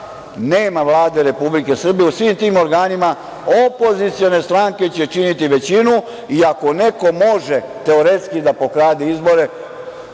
nema Vlade Republike Srbije, opozicione stranke će činiti većinu i ako neko može teoretski da pokrade izbore,